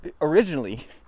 Originally